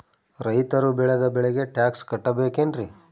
ರೈತರು ಬೆಳೆದ ಬೆಳೆಗೆ ಟ್ಯಾಕ್ಸ್ ಕಟ್ಟಬೇಕೆನ್ರಿ?